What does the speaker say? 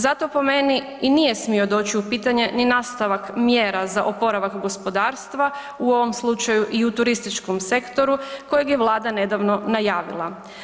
Zato po meni i nije smio doći u pitanje ni nastavak mjera za oporavak gospodarstva, u ovom slučaju i u turističkom sektoru kojeg je Vlada nedavno najavila.